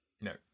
no